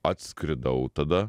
atskridau tada